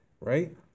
Right